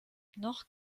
noch